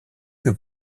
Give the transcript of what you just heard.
que